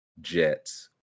Jets